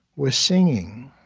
were singing